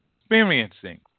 experiencing